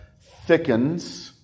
thickens